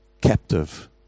captive